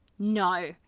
No